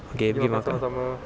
okay pergi makan